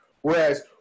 Whereas